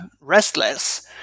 restless